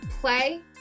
play